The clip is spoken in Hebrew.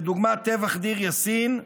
כדוגמת טבח דיר יאסין,